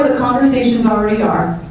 conversations already are